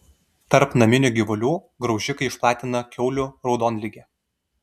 tarp naminių gyvulių graužikai išplatina kiaulių raudonligę